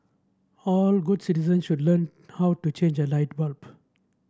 all good citizens should learn how to change a light bulb